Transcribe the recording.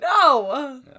No